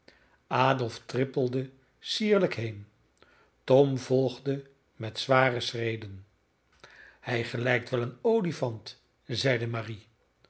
adolf trippelde sierlijk heen tom volgde met zware schreden hij gelijkt wel een olifant zeide marie